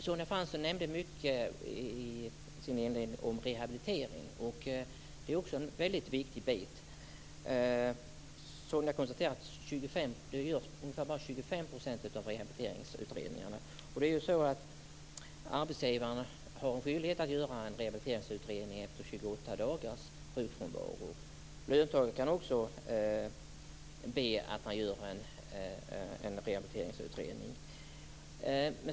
Sonja Fransson nämnde i sin inledning mycket om rehabilitering, och det är också en viktig faktor. Sonja Fransson konstaterar att bara ungefär 25 % av rehabiliteringsutredningarna utförs. Arbetsgivaren har ju skyldighet att göra en rehabiliteringsutredning efter 28 dagars sjukfrånvaro. Också löntagaren kan be att det görs en rehabiliteringsutredning.